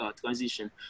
transition